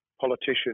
politician